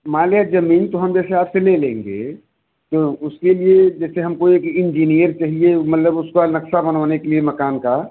मान लिया ज़मीन तो हम आप से ले लेंगे तो उसके लिए जैसे हम को एक इंजीनियर चाहिए मतलब उसका नक़्शा बनवाने के लिए मकान का